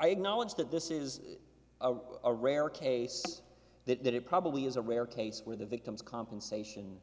acknowledge that this is a rare case that it probably is a rare case where the victim's compensation